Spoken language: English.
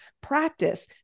practice